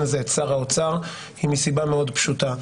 הזה את שר האוצר היא מסיבה מאוד פשוטה.